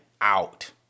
out